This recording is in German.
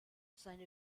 seine